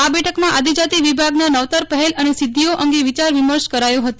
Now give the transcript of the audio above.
આ બેઠકમાં આદિજાતિ વિભાગની નવતર પહેલ અને સિદ્ધિઓ અંગે વિચાર વિમર્શ કરાયો હતો